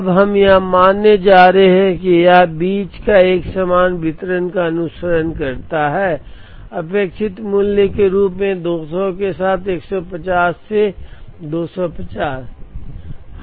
अब हम यह मानने जा रहे हैं कि यह बीच एक समान वितरण का अनुसरण करता है अपेक्षित मूल्य के रूप में 200 के साथ 150 से 250